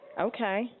Okay